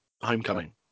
Homecoming